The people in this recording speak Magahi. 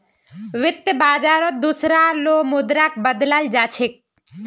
वित्त बाजारत दुसरा लो मुद्राक बदलाल जा छेक